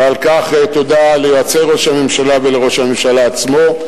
ועל כך תודה ליועצי ראש הממשלה ולראש הממשלה עצמו.